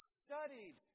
studied